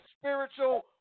spiritual